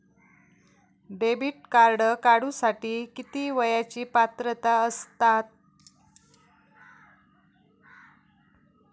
Debit card काढूसाठी किती वयाची पात्रता असतात?